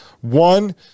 one